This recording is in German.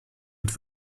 und